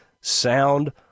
sound